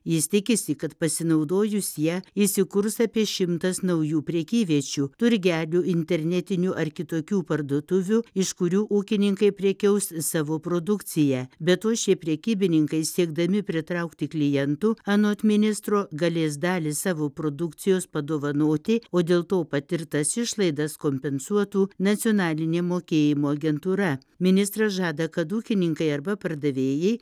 jis tikisi kad pasinaudojus ja įsikurs apie šimtas naujų prekyviečių turgelių internetinių ar kitokių parduotuvių iš kurių ūkininkai prekiaus savo produkcija be to šie prekybininkai siekdami pritraukti klientų anot ministro galės dalį savo produkcijos padovanoti o dėl to patirtas išlaidas kompensuotų nacionalinė mokėjimo agentūra ministras žada kad ūkininkai arba pardavėjai